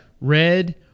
red